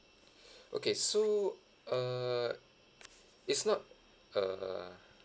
okay so err it's not err